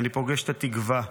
אני פוגש את התקווה.